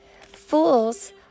Fools